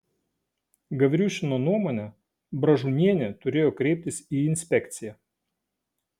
gavriušino nuomone bražunienė turėjo kreiptis į inspekciją